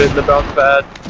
about but